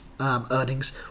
Earnings